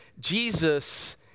Jesus